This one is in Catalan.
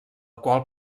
qual